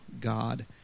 God